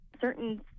certain